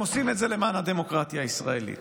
עושים את זה למען הדמוקרטיה הישראלית,